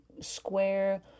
square